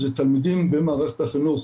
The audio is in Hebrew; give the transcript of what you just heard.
זה תלמידים במערכת החינוך